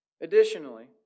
Additionally